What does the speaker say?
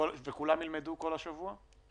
וכולם ילמדו כל השבוע?